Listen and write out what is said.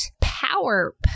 power